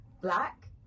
Black